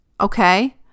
Okay